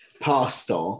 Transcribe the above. pastor